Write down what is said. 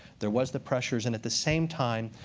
there was the pressures. and at the same time,